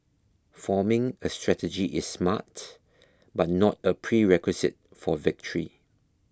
forming a strategy is smart but not a prerequisite for victory